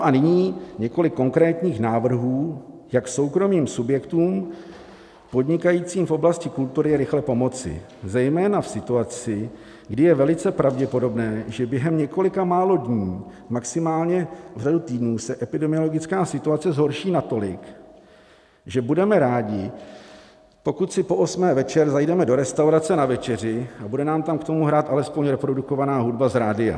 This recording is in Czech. A nyní několik konkrétních návrhů, jak soukromým subjektům podnikajícím v oblasti kultury rychle pomoci, zejména v situaci, kdy je velice pravděpodobné, že během několika málo dní, maximálně v řádu týdnů se epidemiologická situace zhorší natolik, že budeme rádi, pokud si po osmé večer zajdeme do restaurace na večeři a bude nám tam k tomu hrát alespoň reprodukovaná hudba z rádia.